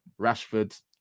Rashford